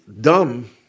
dumb